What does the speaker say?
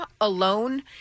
alone